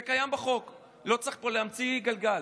זה קיים בחוק ולא צריך להמציא פה את הגלגל.